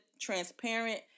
transparent